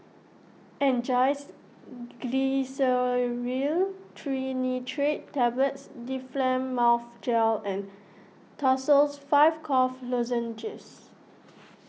Angised Glyceryl Trinitrate Tablets Difflam Mouth Gel and Tussils five Cough Lozenges